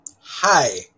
Hi